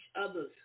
others